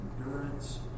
endurance